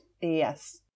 yes